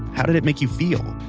how did it make you feel?